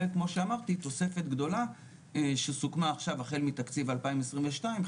וכמו שאמרתי תוספת גדולה שסוכמה עכשיו החל מתקציב 2022,